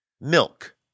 Milk